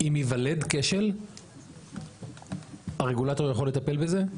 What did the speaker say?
אם ייוולד כשל הרגולטור יכול לטפל בזה.